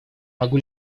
могу